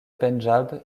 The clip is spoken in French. pendjab